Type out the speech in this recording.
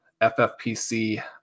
FFPC